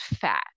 fat